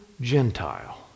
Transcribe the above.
Gentile